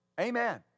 Amen